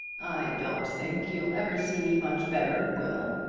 i don't think you'll ever see me much better, will,